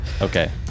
Okay